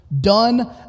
done